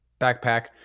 backpack